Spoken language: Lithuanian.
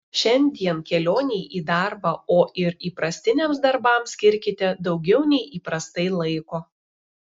šiandien kelionei į darbą o ir įprastiniams darbams skirkite daugiau nei įprastai laiko